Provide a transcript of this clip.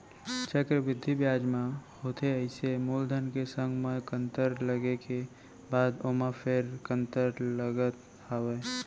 चक्रबृद्धि बियाज म होथे अइसे मूलधन के संग म कंतर लगे के बाद ओमा फेर कंतर लगत हावय